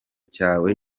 cyawe